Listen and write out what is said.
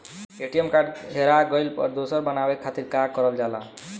ATM card हेरा गइल पर दोसर बनवावे खातिर का करल जाला?